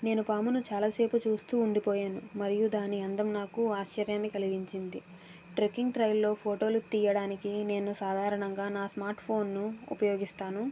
నేను పామును చాలా సేపు చూస్తూ ఉండిపోయాను మరియు దాని అందం నాకు ఆశ్చర్యాన్ని కలిగించింది ట్రెక్కింగ్ ట్రైల్లో ఫోటోలు తీయడానికి నేను సాధారణంగా నా స్మార్ట్ఫోన్ను ఉపయోగిస్తాను